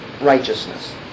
righteousness